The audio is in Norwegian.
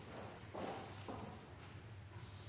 takk